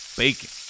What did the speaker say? bacon